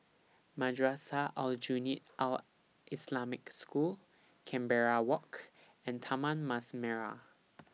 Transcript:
Madrasah Aljunied Al Islamic School Canberra Walk and Taman Mas Merah